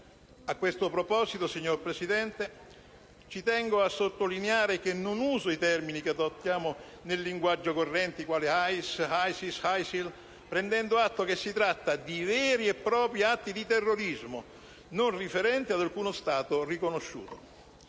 A questo proposito, signora Presidente, ci tengo a sottolineare che non uso i termini che adottiamo nel linguaggio corrente, quali IS, ISIS, ISIL, prendendo atto che si tratta di veri e propri atti di terrorismo, non riferibili ad alcuno Stato riconosciuto.